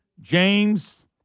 James